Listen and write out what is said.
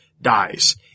dies